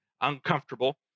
uncomfortable